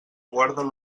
guarden